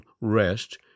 rest